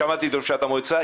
שמעתי את ראשת המועצה.